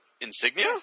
insignia